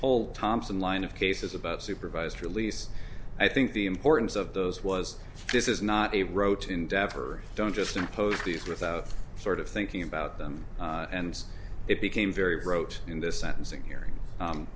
whole thompson line of cases supervised release i think the importance of those was this is not a rote endeavor don't just impose these without sort of thinking about them and it became very wrote in the sentencing hearing